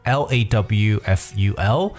lawful